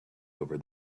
over